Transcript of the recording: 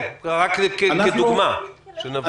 כן, רק כדוגמה, כדי שנבין.